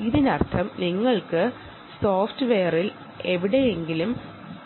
അതുകൊണ്ട് നിങ്ങൾ